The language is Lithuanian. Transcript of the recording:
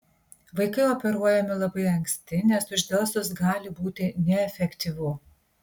vaikai operuojami labai anksti nes uždelsus gali būti neefektyvu